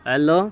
hello